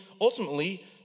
ultimately